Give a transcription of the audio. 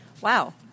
Wow